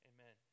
Amen